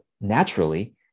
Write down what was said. naturally